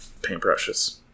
paintbrushes